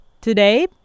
today